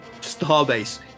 Starbase